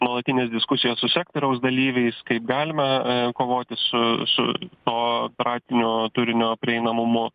nuolatinės diskusijos su sektoriaus dalyviais kaip galime kovoti su su to praktinio turinio prieinamumu